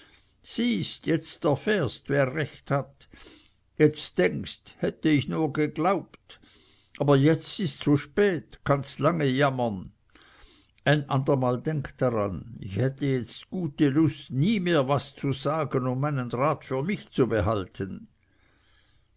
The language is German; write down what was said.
siehst jetzt erfährst wer recht hat jetzt denkst hätte ich nur geglaubt aber jetzt ists zu spät kannst lange jammern ein andermal denk daran ich hätte jetzt gute lust nie mehr was zu sagen und meinen rat für mich zu behalten